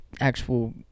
Actual